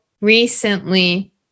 recently